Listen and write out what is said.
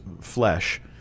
flesh